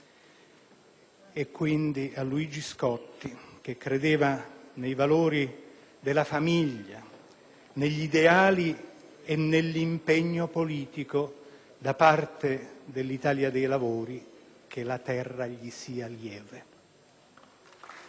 Quindi, a Luigi Scotti, che credeva nei valori della famiglia, negli ideali e nell'impegno politico, da parte dell'Italia dei Valori, che la terra gli sia lieve*.